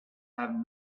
have